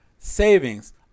savings